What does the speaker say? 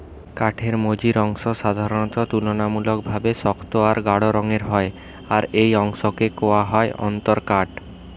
কাঠের মঝির অংশ সাধারণত তুলনামূলকভাবে শক্ত আর গাঢ় রঙের হয় আর এই অংশকে কওয়া হয় অন্তরকাঠ